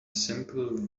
simple